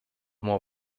more